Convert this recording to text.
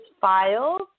files